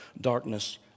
darkness